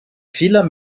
vieler